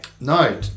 No